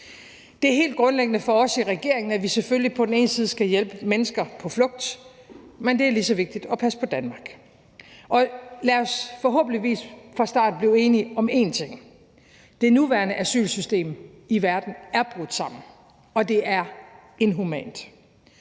Det helt grundlæggende for os i regeringen er, at vi selvfølgelig på den ene side skal hjælpe mennesker på flugt, men det er lige så vigtigt at passe på Danmark, og lad os forhåbentlig fra start blive enige om en ting. Det nuværende asylsystem i verden er brudt sammen, og det er inhumant.